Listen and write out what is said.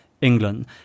England